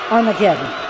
Armageddon